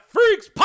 Freaks